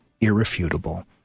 irrefutable